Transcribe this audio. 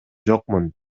жокмун